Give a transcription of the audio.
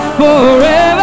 forever